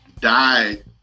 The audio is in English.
died